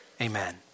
amen